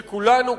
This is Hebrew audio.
שכולנו,